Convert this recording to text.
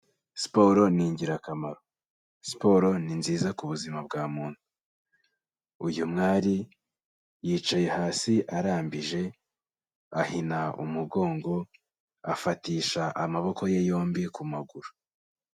Siporo ni ingirakamaro, siporo ni nziza ku buzima bwa muntu! Uyu mwari yicaye hasi arambije, ahina umugongo, afatisha amaboko ye yombi ku maguru.